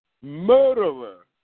murderer